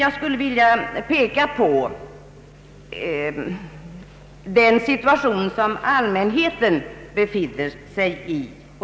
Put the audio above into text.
Jag skulle dock vilja peka på det läge som allmänheten befinner sig i.